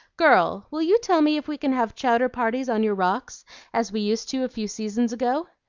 girl, will you tell me if we can have chowder-parties on your rocks as we used to a few seasons ago?